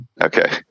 Okay